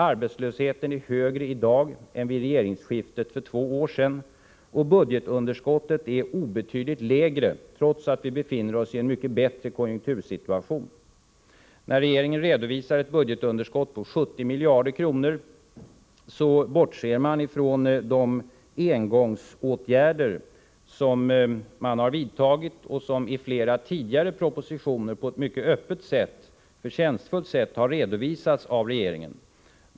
Arbetslösheten är högre i dag än vid regeringsskiftet för två år sedan, och budgetunderskottet är obetydligt lägre, trots att vi befinner oss i en mycket bättre konjunktursituation. När regeringen redovisar ett budgetunderskott på 70 miljarder kronor, bortser man från de engångsåtgärder som man har vidtagit och som i flera tidigare propositioner på ett mycket öppet och förtjänstfullt sätt har redovisats av regeringen.